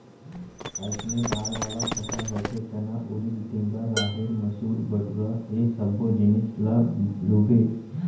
अइसने दार वाला फसल होथे चना, उरिद, तिंवरा, राहेर, मसूर, बटूरा ए सब्बो जिनिस ल लूबे